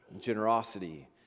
generosity